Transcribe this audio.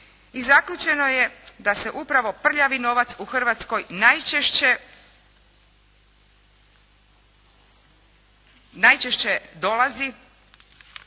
zaključeno da se upravo prljavi novac u Hrvatskoj najčešće dolazi